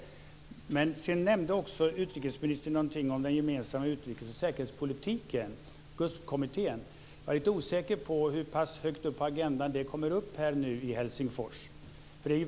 Utrikesministern nämnde också någonting om den gemensamma utrikes och säkerhetspolitiken - GUSP-kommittén. Jag är lite osäker på hur pass högt upp på agendan detta kommer i Helsingfors.